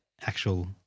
actual